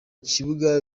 kibuga